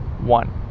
one